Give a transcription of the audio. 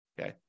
Okay